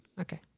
Okay